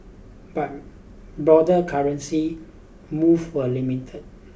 but broader currency moves were limited